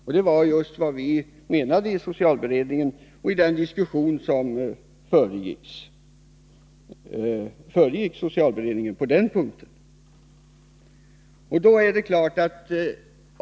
Och det var just vad vi i socialberedningen menade i den diskussion som föregick ställningstagandet på den punkten.